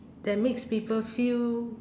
that makes people feel